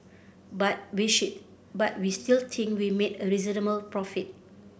but we but we still think we made a reasonable profit